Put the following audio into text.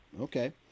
okay